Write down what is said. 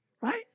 Right